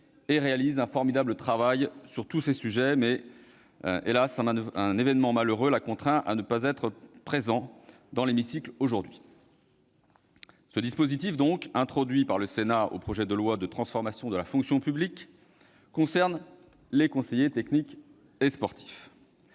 et réalise un formidable travail sur tous ces sujets. Un événement malheureux l'a contraint à ne pas être présent dans l'hémicycle aujourd'hui. Ce dispositif, introduit par le Sénat dans le projet de loi de transformation de la fonction publique, concerne les conseillers techniques sportifs.